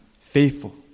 faithful